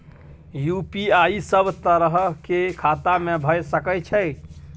UPI सब तरह के खाता में भय सके छै?